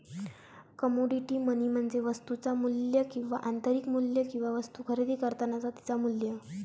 commodity money म्हणजे वस्तुचा मू्ल्य किंवा आंतरिक मू्ल्य किंवा वस्तु खरेदी करतानाचा तिचा मू्ल्य